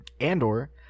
Andor